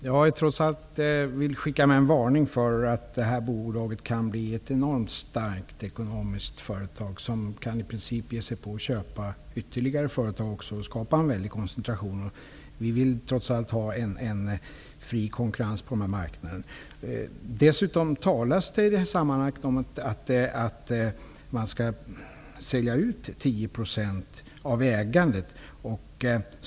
Fru talman! Jag vill trots allt skicka med en varning för att detta bolag kan bli ett enormt starkt ekonomiskt företag, som i princip kan ge sig på att köpa ytterligare företag och skapa en väldig koncentration. Vi vill trots allt ha en fri konkurrens på denna marknad. Dessutom talas det i det här sammanhanget om att man skall sälja ut 10 % av ägandet.